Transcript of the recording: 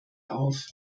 auf